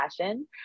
passion